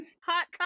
Hot